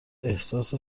احساس